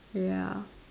ya